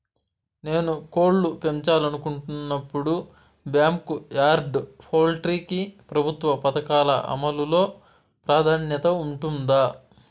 నేను కోళ్ళు పెంచాలనుకున్నపుడు, బ్యాంకు యార్డ్ పౌల్ట్రీ కి ప్రభుత్వ పథకాల అమలు లో ప్రాధాన్యత ఉంటుందా?